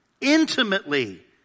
intimately